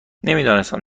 نمیدانستم